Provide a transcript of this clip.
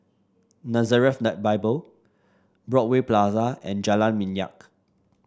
Nazareth Bible Broadway Plaza and Jalan Minyak